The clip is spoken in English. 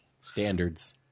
Standards